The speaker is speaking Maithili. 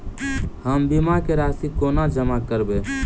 हम बीमा केँ राशि कोना जमा करबै?